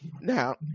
Now